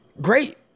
great